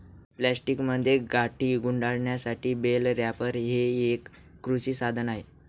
प्लास्टिकमध्ये गाठी गुंडाळण्यासाठी बेल रॅपर हे एक कृषी साधन आहे